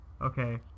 Okay